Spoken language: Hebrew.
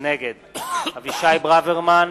נגד אבישי ברוורמן,